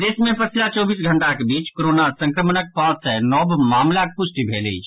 प्रदेश मे पछिला चौबीस घंटाक बीच कोरोना संक्रमणक पांच सय नव मामिलाक पुष्टि भेल अछि